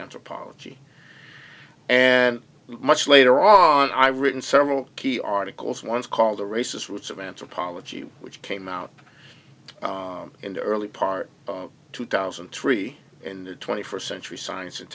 anthropology and much later on i written several key articles once called a racist roots of anthropology which came out in the early part of two thousand and three in the twenty first century science and